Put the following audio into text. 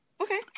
okay